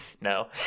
No